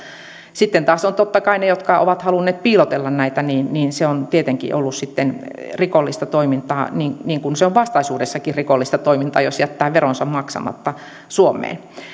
sitten taas totta kai niiltä jotka ovat halunneet piilotella näitä se on tietenkin ollut rikollista toimintaa niin niin kuin se on vastaisuudessakin rikollista toimintaa jos jättää veronsa maksamatta suomeen